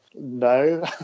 No